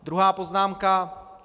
Druhá poznámka.